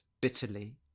bitterly